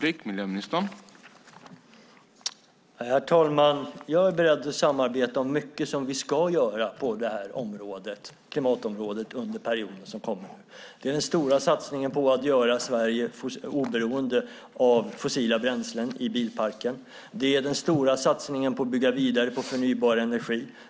Herr talman! Jag är beredd att samarbeta om mycket som vi ska göra på detta område, klimatområdet, under perioden som kommer. Det är den stora satsningen på att göra Sverige oberoende av fossila bränslen i bilparken. Det är den stora satsningen på att bygga vidare på förnybar energi.